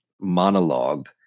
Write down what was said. monologue